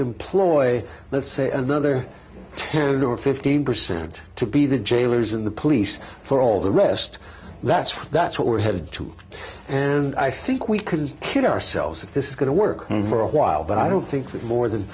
employ let's say another ten or fifteen percent to be the jailers and the police for all the rest that's that's what we're headed to and i think we could kid ourselves that this is going to work for a while but i don't think that more than